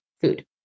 food